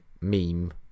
meme